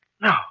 No